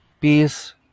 Peace